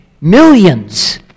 millions